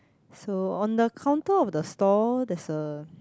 so on the counter of the stall there's a